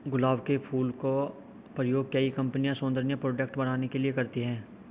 गुलाब के फूल का प्रयोग कई कंपनिया सौन्दर्य प्रोडेक्ट बनाने के लिए करती है